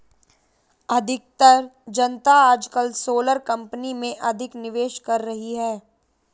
अधिकतर जनता आजकल सोलर कंपनी में अधिक निवेश कर रही है